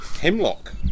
Hemlock